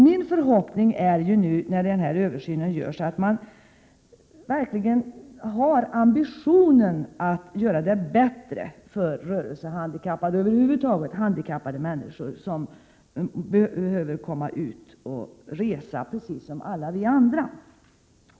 Min förhoppning är ju att man vid denna översyn verkligen har ambitionerna att göra förhållandena bättre för rörelsehandikappade och för handikappade människor över huvud taget som behöver komma ut att resa precis som alla vi andra.